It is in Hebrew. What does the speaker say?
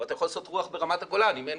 אתה יכול לעשות כוח ברמת הגולן אבל אם אין